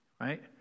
right